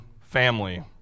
family